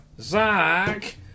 Zach